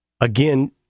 Again